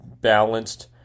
balanced